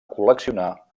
col·leccionar